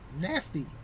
nasty